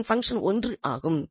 அதன் பங்சன் 1 ஆகும்